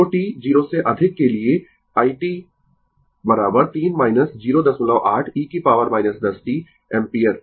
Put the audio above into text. तो t 0 से अधिक के लिए i t 3 08 e की पॉवर 10 t एम्पीयर